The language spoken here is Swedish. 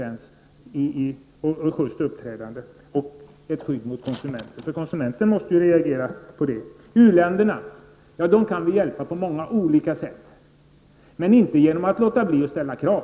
Är detta ett sjyst uppträdande mot konsumenten? Han måste ju reagera. U-länderna kan vi hjälpa på många olika sätt, men inte genom att låta bli att ställa krav.